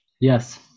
Yes